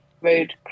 road